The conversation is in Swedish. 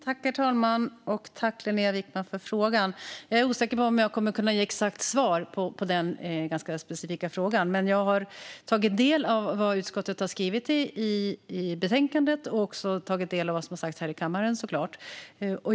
Herr talman! Tack, Linnéa Wickman, för frågan! Jag är osäker på om jag kommer att kunna ge ett exakt svar på den ganska specifika frågan. Men jag har tagit del av vad utskottet har skrivit i sitt betänkande och vad som har sagts här i kammaren.